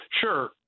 Sure